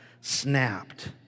snapped